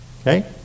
Okay